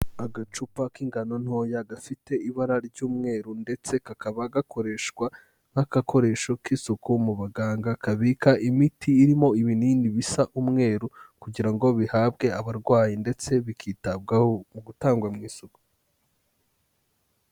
Agacupa k'ingano ntoya gafite ibara ry'umweru ndetse kakaba gakoreshwa nk'agakoresho k'isuku mu baganga, kabika imiti irimo ibinini bisa umweru kugira ngo bihabwe abarwayi ndetse bikitabwaho mu gutangwa mu isuku.